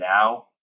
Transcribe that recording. now